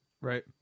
Right